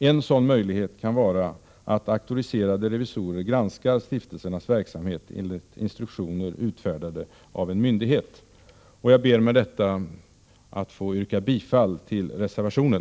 En möjlighet kunde vara att auktoriserade revisorer granskar stiftelsernas verksamhet enligt instruktioner utfärdade av en myndighet. Jag ber att med detta få yrka bifall till reservationen.